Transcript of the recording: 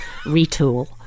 retool